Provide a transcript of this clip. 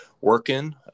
working